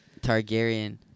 Targaryen